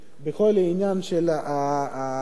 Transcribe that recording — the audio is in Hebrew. בכל העניין של פרטי-הפרטים,